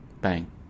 bang